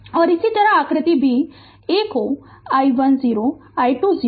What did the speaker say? Refer Slide Time 2654 और इसी तरह आकृति b आकृति a को i1 0 i2 0 दिया गया है